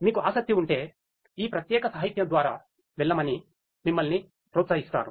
మీకు ఆసక్తి ఉంటే ఈ ప్రత్యేక సాహిత్యం ద్వారా వెళ్ళమని మిమ్మల్ని ప్రోత్సహిస్తారు